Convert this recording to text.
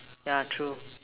yeah true